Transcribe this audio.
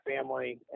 family